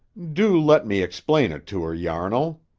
do let me explain it to her, yarnall!